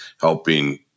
helping